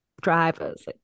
drivers